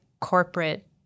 corporate